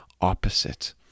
opposite